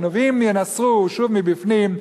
אם ינסרו שוב מבפנים,